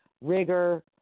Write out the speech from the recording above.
rigor